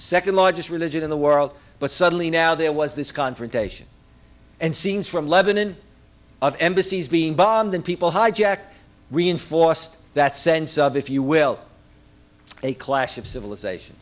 second largest religion in the world but suddenly now there was this confrontation and scenes from lebanon of embassies being bombed and people hijacked reinforced that sense of if you will a clash of civilizations